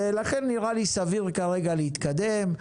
ולכן נראה לי סביר כרגע להתקדם.